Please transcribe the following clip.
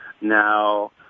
Now